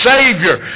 Savior